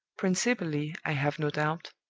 principally, i have no doubt,